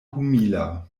humila